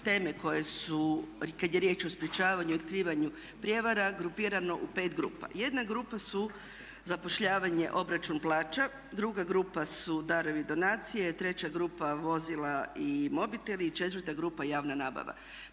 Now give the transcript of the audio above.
teme kad je riječ o sprječavanju i otkrivanju prijevara, grupirano u 5 grupa. Jedna grupa su zapošljavanje, obračun plaća. Druga grupa su darovi i donacije. Treća grupa vozila i mobiteli. Četvrta grupa javna nabava.